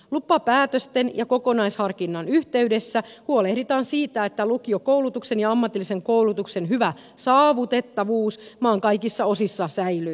lupapäätösten ja kokonaisharkinnan yhteydessä huolehditaan siitä että lukiokoulutuksen ja ammatillisen koulutuksen hyvä saavutettavuus maan kaikissa osissa säilyy